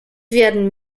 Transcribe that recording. werden